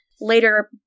later